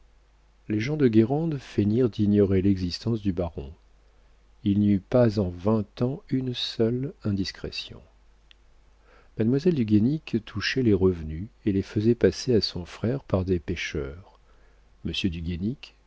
les gens de guérande feignirent d'ignorer l'existence du baron il n'y eut pas en vingt ans une seule indiscrétion mademoiselle du guénic touchait les revenus et les faisait passer à son frère par des pêcheurs